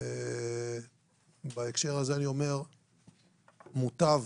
בהקשר הזה, מוטב